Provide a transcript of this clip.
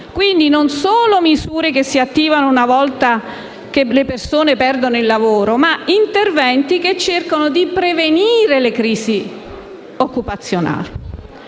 quindi non solo di misure che si attivano una volta che le persone perdono il lavoro, ma anche di interventi che cercano di prevenire le crisi occupazionali.